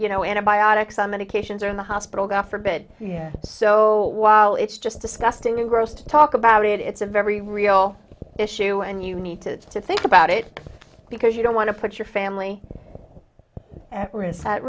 you know antibiotics on medications or in the hospital god forbid so while it's just disgusting engrossed talk about it it's a very real issue and you need to to think about it because you don't want to put your family at risk